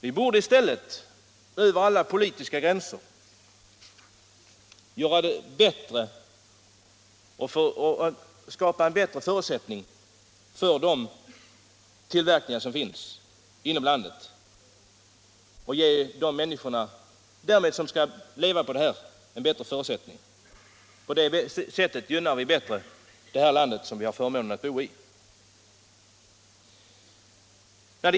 Vi borde i stället över alla politiska gränser skapa bättre förutsättningar för tillverkningar inom landet och därmed förbättra förhållandena för berörda människor. Det gynnar det land som vi har förmånen att få bo i.